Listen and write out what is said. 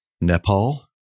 Nepal